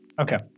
Okay